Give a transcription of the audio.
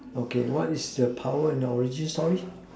okay what is your power and origin story